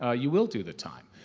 ah you will do the time.